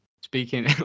Speaking